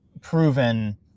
proven